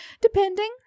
depending